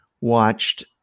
watched